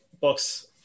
books